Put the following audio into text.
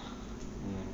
mm